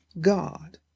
God